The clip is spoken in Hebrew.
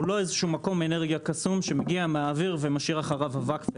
הוא לא מקום אנרגיה קסום שמגיע מהאוויר ומשאיר אחריו אבק.